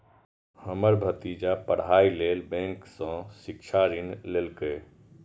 हमर भतीजा पढ़ाइ लेल बैंक सं शिक्षा ऋण लेलकैए